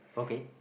okay